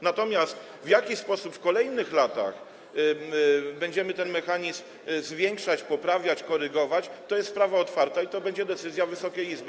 Natomiast to, w jaki sposób w kolejnych latach będziemy ten mechanizm zwiększać, poprawiać, korygować, to jest sprawa otwarta i to będzie decyzja Wysokiej Izby.